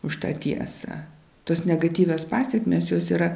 už tą tiesą tas negatyvios pasekmės jos yra